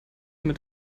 mit